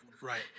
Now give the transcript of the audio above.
Right